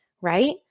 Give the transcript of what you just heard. Right